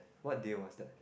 what day was that